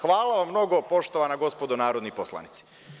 Hvala vam mnogo, poštovana gospodo narodni poslanici.